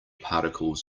particles